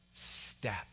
step